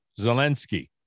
Zelensky